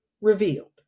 revealed